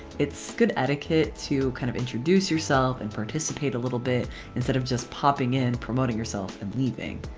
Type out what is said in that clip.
it's good etiquette to kind of introduce yourself and participate a little bit instead of just popping in, promoting yourself and leaving.